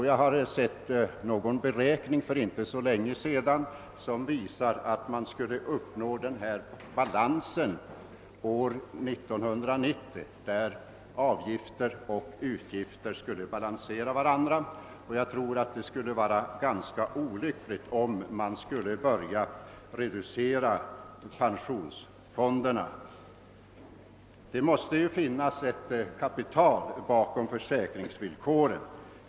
Jag har för inte så länge sedan sett en beräkning, som visar att avgifter och utgifter skulle balansera varandra år 1990. Därför tror jag att det skulle vara ganska olyckligt att nu börja reducera pensionsfonderna. Det måste ju finnas ett kapital bakom försäkringarna.